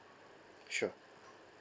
sure